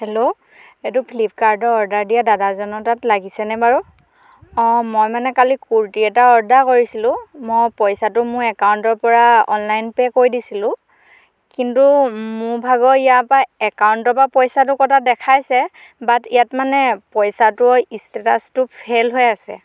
hello এইটো ফ্লিপকাৰ্ডৰ order দিয়া দাদাজনৰ তাত লাগিছেনে বাৰু মই মানে কালি কুৰ্টি এটা অৰ্ডাৰ কৰিছিলোঁ মই পইচাটো মোৰ একাউণ্টৰপৰা অনলাইন পে' কৰি দিছিলোঁ কিন্তু মোৰ ভাগৰ ইয়াৰপৰা একাউণ্টৰ পৰা পইচাটো কটা দেখাইছে বাট্ ইয়াত মানে পইচাটোৰ ইষ্টেটাচটো ফেইল হৈ আছে